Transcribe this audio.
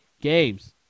games